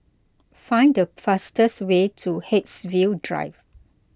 find the fastest way to Haigsville Drive